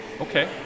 okay